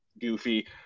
goofy